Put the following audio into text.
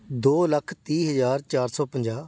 ਦੋ ਲੱਖ ਤੀਹ ਹਜ਼ਾਰ ਚਾਰ ਸੌ ਪੰਜਾਹ